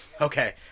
Okay